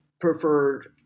preferred